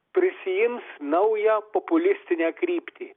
prisiims naują populistinę kryptį